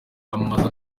amaze